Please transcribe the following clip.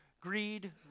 greed